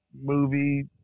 movie